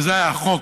וזה היה החוק,